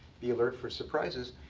be alert for surprises,